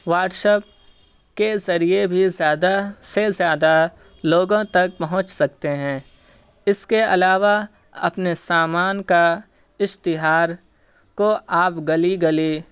what's up کے ذریعہ بھی زیادہ سے زیادہ لوگوں تک پہنچ سکتے ہیں اس کے علاوہ اپنے سامان کا اشتہار کو آپ گلی گلی